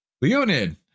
Leonid